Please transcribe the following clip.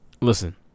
Listen